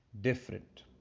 different